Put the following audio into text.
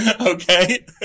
Okay